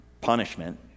punishment